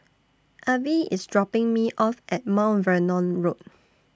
Avie IS dropping Me off At Mount Vernon Road